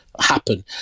happen